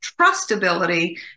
trustability